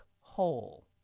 hole